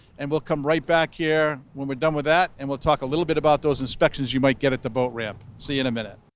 and we'll come right back here when we're done with that, and we'll talk a little bit about those inspections you might get at the boat ramp. see you in a minute.